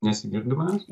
nesigirdi manęs